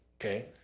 Okay